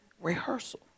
rehearsal